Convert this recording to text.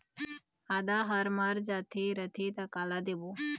आदा हर मर जाथे रथे त काला देबो?